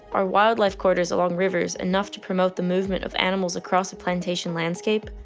are wildlife corridors along rivers enough to promote the movement of animals across a plantation landscape?